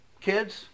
kids